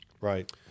Right